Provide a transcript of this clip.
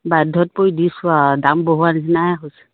বাধ্যত পৰি দিছোঁ আৰু দাম বহোৱাৰ নিচিনাই হৈছে